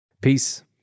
Peace